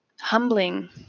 humbling